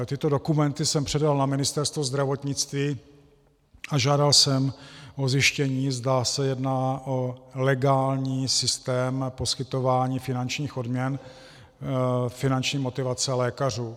Tyto dokumenty jsem předal na Ministerstvo zdravotnictví a žádal jsem o zjištění, zda se jedná o legální systém poskytování finančních odměn, finanční motivace lékařů.